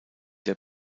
der